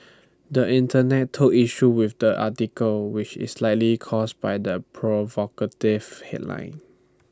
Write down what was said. the Internet took issue with the article which is likely caused by the provocative headline